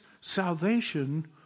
salvation